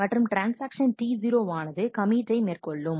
மற்றும் transaction T0 வானது கமிட்டை மேற்கொள்ளும்